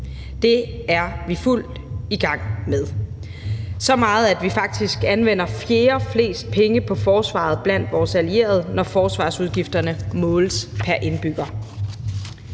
Det er vi fuldt ud i gang med – så meget, at vi faktisk anvender fjerdeflest penge på forsvaret blandt vores allierede, når forsvarsudgifterne måles pr. indbygger.